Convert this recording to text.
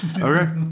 Okay